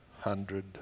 hundred